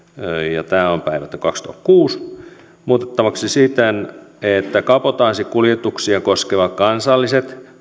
ja tämä on päivätty kaksituhattakuusi muutettavaksi siten että kabotaasikuljetuksia koskevat kansalliset